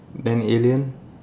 ten alien